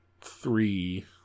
three